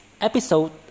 episode